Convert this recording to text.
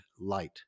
light